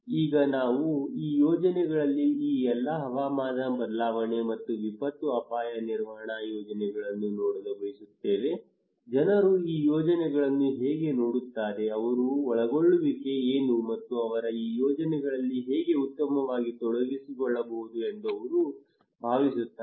ಈಗ ನಾವು ಈ ಯೋಜನೆಗಳಲ್ಲಿ ಈ ಎಲ್ಲಾ ಹವಾಮಾನ ಬದಲಾವಣೆ ಮತ್ತು ವಿಪತ್ತು ಅಪಾಯ ನಿರ್ವಹಣಾ ಯೋಜನೆಗಳನ್ನು ನೋಡಲು ಬಯಸುತ್ತೇವೆ ಜನರು ಈ ಯೋಜನೆಗಳನ್ನು ಹೇಗೆ ನೋಡುತ್ತಾರೆ ಅವರ ಒಳಗೊಳ್ಳುವಿಕೆ ಏನು ಮತ್ತು ಅವರು ಈ ಯೋಜನೆಗಳಲ್ಲಿ ಹೇಗೆ ಉತ್ತಮವಾಗಿ ತೊಡಗಿಸಿಕೊಳ್ಳಬಹುದು ಎಂದು ಅವರು ಭಾವಿಸುತ್ತಾರೆ